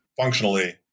functionally